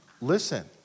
listen